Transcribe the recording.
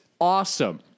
awesome